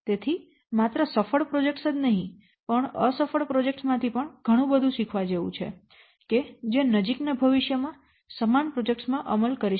તેથી માત્ર સફળ પ્રોજેક્ટ્સ જ નહીં પણ અસફળ પ્રોજેક્ટ્સ માંથી પણ ઘણું બધું શીખવા જેવું છે જે નજીકના ભવિષ્ય માં સમાન પ્રોજેક્ટ્સ માં અમલ કરી શકાય છે